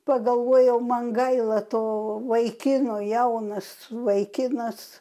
pagalvojau man gaila to vaikino jaunas vaikinas